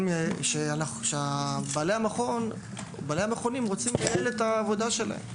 ובעלי המכונים רוצים לייעל את עבודתם.